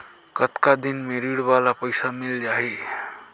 कतना दिन मे ऋण वाला पइसा मिल जाहि?